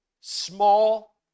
small